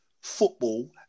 football